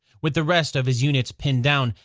with the rest of his unit pinned down,